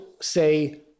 say